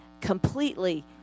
completely